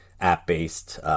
app-based